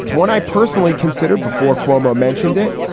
when i personally consider before cuomo mentioned it.